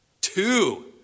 two